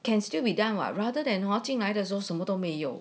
can still be done what rather than hor 进来的说什么都没有